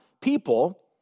people